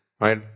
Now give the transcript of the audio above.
Right